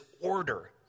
order